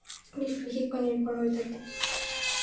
বিশেষকৈ নিৰ্ভৰ হৈ থাকে